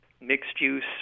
mixed-use